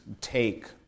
take